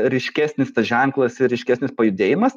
ryškesnis tas ženklas ir ryškesnis pajudėjimas